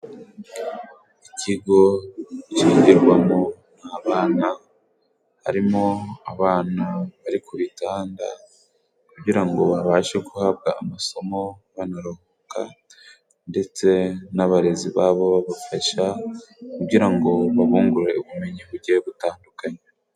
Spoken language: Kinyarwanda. Ikigo cy'igirwamo n'abana harimo abana bari ku bitanda, kugira ngo babashe guhabwa amasomo banaruhuka, ndetse n'abarezi babo babafasha kugira ngo babungure ubumenyi bugiye gutandukanye.